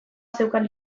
zeukan